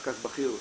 רכז בכיר בממ"מ,